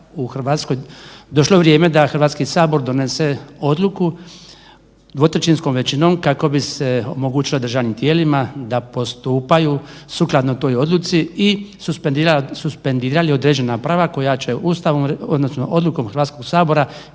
u Hrvatskoj došlo vrijeme da Hrvatski sabor donese odluku 2/3 većinom kako bi se omogućilo državnim tijelima da postupaju sukladno toj odluci i suspendirali određena prava koja će Ustavom odnosno odlukom Hrvatskog sabora